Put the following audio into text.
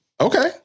Okay